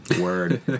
Word